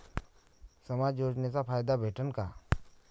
समाज योजनेचा फायदा भेटन का?